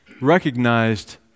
recognized